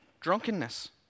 drunkenness